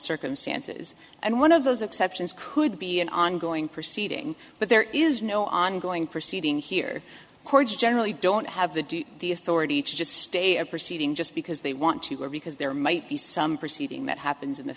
circumstances and one of those exceptions could be an ongoing proceeding but there is no ongoing proceeding here courts generally don't have the the authority to just stay a proceeding just because they want to or because there might be some proceeding that happens in the